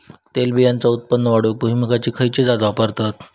तेलबियांचा उत्पन्न वाढवूक भुईमूगाची खयची जात वापरतत?